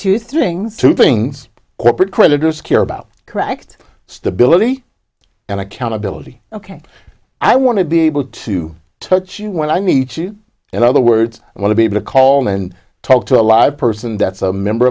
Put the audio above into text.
things corporate creditors care about correct stability and accountability ok i want to be able to but you when i meet you and other words i want to be able to call and talk to a live person that's a member